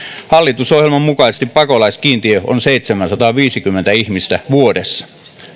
hallitusohjelman mukaisesti pakolaiskiintiö on seitsemänsataaviisikymmentä ihmistä vuodessa